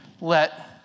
let